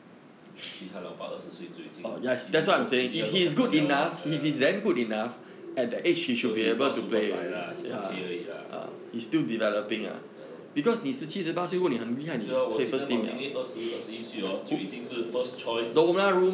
um actually 他老爸二十岁就已经已经做已经要做 captain liao lor ya so he's not super zai lah he's okay 而已 lah ya lor 对 lor 我记得 maldini 二十二十一岁 orh 就已经是 first choice